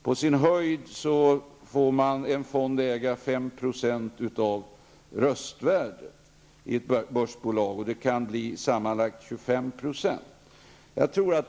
En löntagarfond får äga på sin höjd 5 % av röstvärdet i ett börsbolag. Sammanlagt kan det bli högst 25 %.